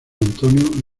antonio